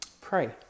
pray